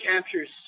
captures